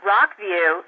Rockview